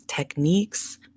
techniques